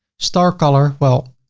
star color, well,